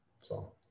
So-